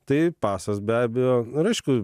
tai pasas be abejo ir aišku